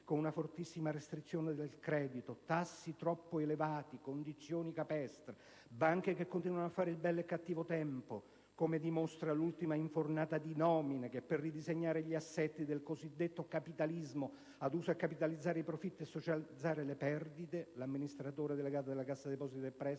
con una fortissima restrizione del credito, tassi troppo elevati e condizioni capestro. Le banche continuano a fare il bello e il cattivo tempo, come dimostra l'ultima infornata di nomine, per ridisegnare gli assetti del cosiddetto capitalismo aduso a capitalizzare i profitti e a socializzare le perdite. L'amministratore delegato della Cassa depositi e